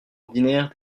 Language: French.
ordinaire